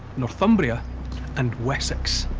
northumbria and wessex.